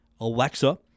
Alexa